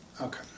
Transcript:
Okay